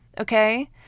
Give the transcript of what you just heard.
okay